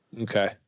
Okay